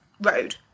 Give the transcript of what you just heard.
Road